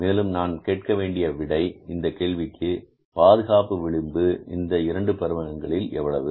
மேலும் நான் கேட்கவேண்டிய விடை இந்த கேள்விக்கு பாதுகாப்பு விளிம்பு இந்த இரண்டு பருவங்களில் எவ்வளவு